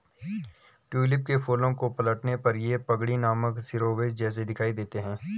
tulip के फूलों को पलटने पर ये पगड़ी नामक शिरोवेश जैसे दिखाई देते हैं